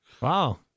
Wow